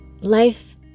life